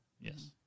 Yes